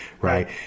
right